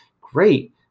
Great